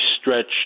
stretched